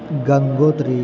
Gangotri